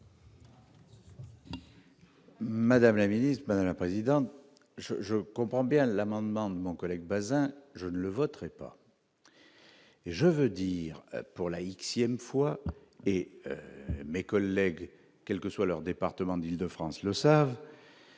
Madame la ministre, madame la présidente, je je comprends bien l'amendement de mon collègue Bazin je ne voterai pas, et je veux dire pour la une fois et mes collègues, quelle que soit leur département d'Île-de-France le savent.